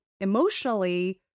emotionally